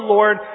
Lord